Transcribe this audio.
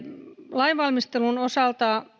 lainvalmistelun osalta